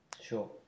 Sure